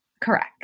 correct